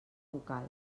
vocal